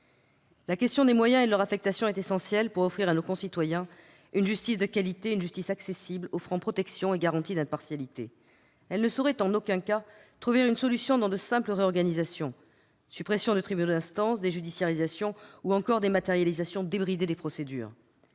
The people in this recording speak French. La question des moyens et de leur affectation est essentielle pour offrir à nos concitoyens une justice de qualité, une justice accessible offrant protection et garanties d'impartialité. Elle ne saurait en aucun cas trouver une solution dans de simples réorganisations : suppression de tribunaux d'instance, déjudiciarisation ou encore dématérialisation débridée des procédures.